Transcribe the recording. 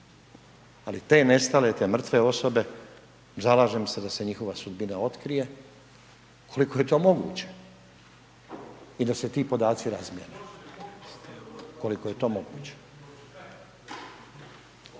Ali te nestale, te mrtve osobe zalažem se da se njihova sudbina otkrije koliko je to moguće i da se ti podaci razmjene koliko je to moguće.